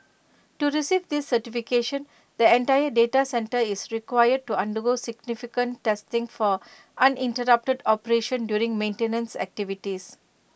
to receive this certification the entire data centre is required to undergo significant testing for uninterrupted operation during maintenance activities